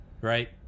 Right